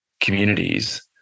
communities